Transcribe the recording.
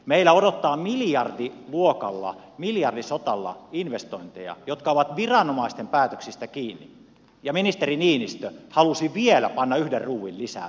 meillä odottaa miljardiluokalla miljardisotalla investointeja jotka ovat viranomaisten päätöksistä kiinni ja ministeri niinistö halusi vielä panna yhden ruuvin lisää päälle